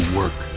work